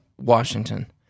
Washington